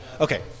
Okay